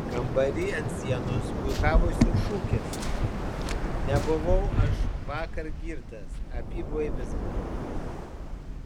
kambary ant sienos puikavosi šūkis nebuvau aš vakar girtas apyblaivis buvau